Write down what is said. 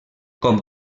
com